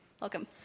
Welcome